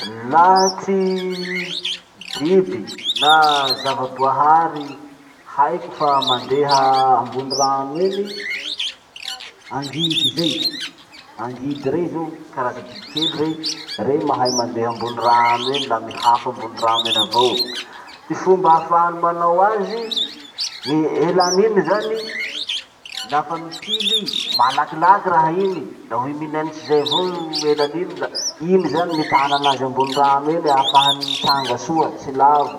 Laha ty biby na zavaboahary haiko fa mandeha ambony rano eny: angidy zay. Angidy rey zao, karaza biby kely rey, rey mahay mandeha ambony rano eny la mihafo ambony rano eny avao. Ty fomba ahafahany manao azy, gny elaniny zany, lafa mitily i, malakilaky raha iny, la hoy minenitsy zay avao elaniny la iny zany mitana anazy ambony rano eny ahafahany mitsanga soa tsy lavo.